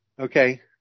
Okay